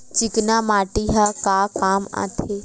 चिकना माटी ह का काम आथे?